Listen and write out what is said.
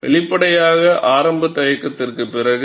வெளிப்படையாக ஆரம்ப தயக்கத்திற்குப் பிறகு